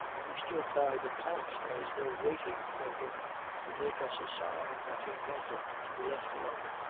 we stood by the cot as though waiting for him to make us a sign that he wanted to be left alone.